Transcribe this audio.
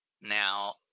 Now